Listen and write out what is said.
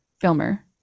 filmer